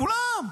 כולם.